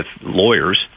lawyers